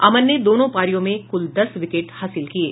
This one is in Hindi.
अमन ने दोनों पारियों में कुल दस विकेट हासिल किये